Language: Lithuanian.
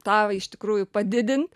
tą iš tikrųjų padidint